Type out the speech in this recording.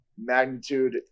Magnitude